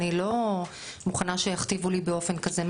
אני לא מוכנה שיכתיבו לי באופן כזה,